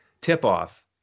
tip-off